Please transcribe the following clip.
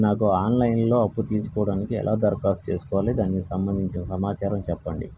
నాకు online లో అప్పు తీసుకోవడానికి ఎలా దరఖాస్తు చేసుకోవాలి దానికి సంబంధించిన సమాచారం చెప్పండి?